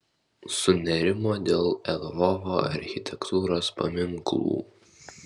sunerimo dėl lvovo architektūros paminklų